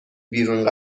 بیرون